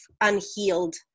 unhealed